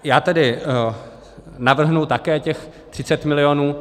Já tedy navrhnu také těch 30 milionů.